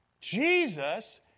Jesus